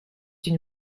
une